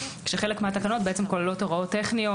כשחלק מהתקנות כוללות הוראות טכניות,